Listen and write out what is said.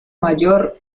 mayor